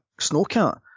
snowcat